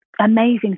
amazing